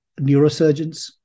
neurosurgeons